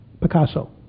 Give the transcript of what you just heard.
Picasso